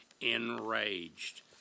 enraged